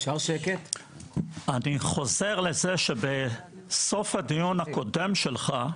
אני חוזר לזה שבסוף הדיון הקודם שלך,